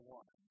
one